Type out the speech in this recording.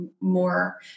more